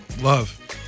Love